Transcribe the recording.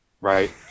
right